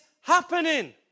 happening